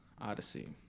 odyssey